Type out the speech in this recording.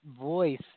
voice